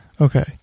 okay